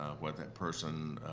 what that person,